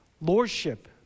lordship